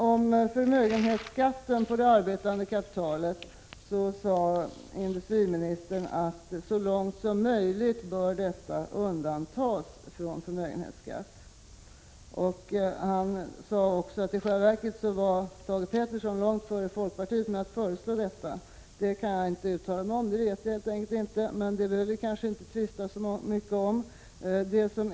Industriministern sade att det arbetande kapitalet så långt möjligt borde undantas från förmögenhetsskatt. Han sade också att Thage Peterson i själva verket var långt före folkpartiet med att föreslå detta. Det kan jag inte uttala mig om — jag vet det helt enkelt inte. Men vi behöver kanske inte tvista så mycket om detta.